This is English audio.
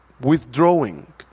withdrawing